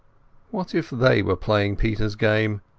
what if they were playing peteras game?